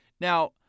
Now